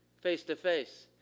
face-to-face